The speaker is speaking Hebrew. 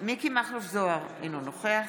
מכלוף מיקי זוהר, אינו נוכח